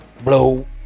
blow